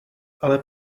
ale